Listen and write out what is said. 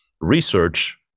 research